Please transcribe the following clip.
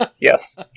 Yes